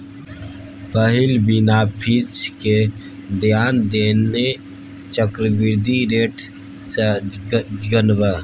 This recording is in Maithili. पहिल बिना फीस केँ ध्यान देने चक्रबृद्धि रेट सँ गनब